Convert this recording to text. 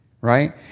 Right